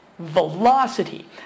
velocity